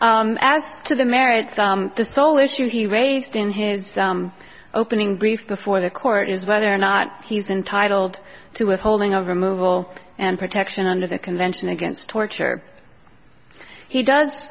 as to the merits of the sole issue he raised in his opening brief before the court is whether or not he's entitled to withholding of removal and protection under the convention against torture he does